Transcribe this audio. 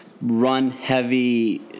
run-heavy